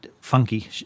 funky